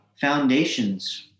foundations